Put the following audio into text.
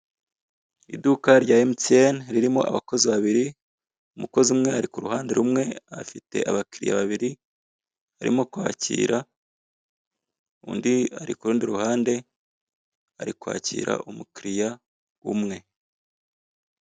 Iduka rya MTN ririmo abakozi babiri, umukozi umwe ari ku ruhande rumwe afite abakiriya babiri arimo kwakira, undi ari ku rundi ruhande ari kwakira umukiriya umwe.